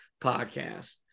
podcast